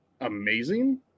amazing